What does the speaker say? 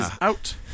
out